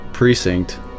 precinct